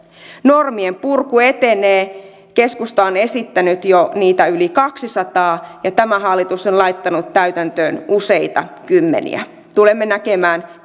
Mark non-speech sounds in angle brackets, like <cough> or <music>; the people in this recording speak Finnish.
normien purku etenee keskusta on esittänyt niitä toimia jo yli kaksisataa ja tämä hallitus on laittanut täytäntöön useita kymmeniä tulemme näkemään <unintelligible>